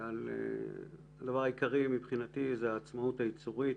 הדבר העיקרי מבחינתי זו העצמאות הייצורית,